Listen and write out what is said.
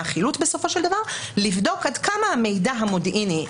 החילוט בסופו של דבר לבדוק עד כמה המידע המודיעיני,